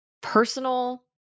Personal